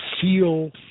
feel